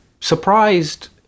surprised